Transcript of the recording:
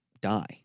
die